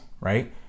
right